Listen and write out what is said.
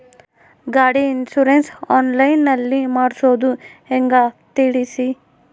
ಗಾಡಿ insurance online ನಲ್ಲಿ ಮಾಡ್ಸೋದು ಹೆಂಗ ತಿಳಿಸಿ?